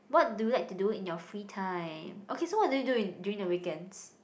what do you like to do in your free time okay so what do you do in during the weekends